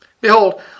Behold